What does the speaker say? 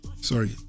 sorry